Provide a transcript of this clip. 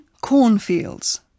cornfields